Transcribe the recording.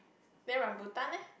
then rambutan leh